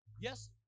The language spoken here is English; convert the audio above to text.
Yes